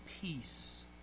peace